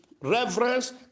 Reverence